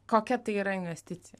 kokia tai yra investicija